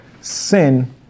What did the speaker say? sin